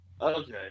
Okay